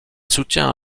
soutient